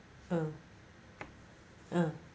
uh uh